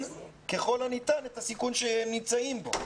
ככל הניתן את הסיכון שהם נמצאים בו?